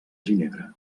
ginebra